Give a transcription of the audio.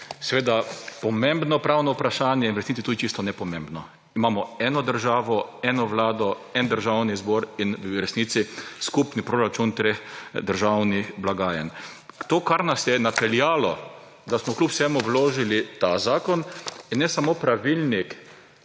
seveda pomembno pravno vprašanje, in v resnici tudi čisto nepomembno. Imamo eno državo, eno Vlado, en Državni zbor in v resnici skupni proračun treh državnih blagajn. To, kar nas je napeljalo, da smo kljub vsemu vložili ta zakon in ne samo pravilnik,